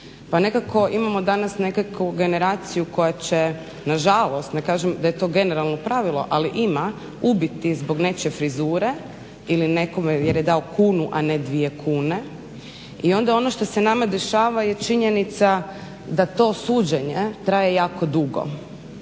pa nekako imamo danas nekakvu generaciju koja će na žalost, ne kažem da je to generalno pravilo, ali ima ubiti zbog nečije frizure, ili nekome jer je dao kunu, a ne dvije kune i onda ono što se nama dešava je činjenica da to suđenje traje jako dugo